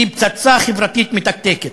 שהיא פצצה חברתית מתקתקת.